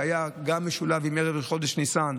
שהיה משולב עם ערב ראש חודש ניסן,